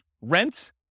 rent